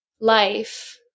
life